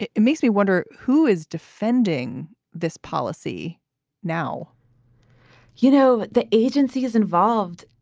it it makes me wonder who is defending this policy now you know, the agency is involved.